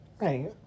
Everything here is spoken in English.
right